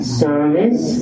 service